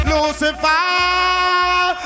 Lucifer